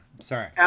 sorry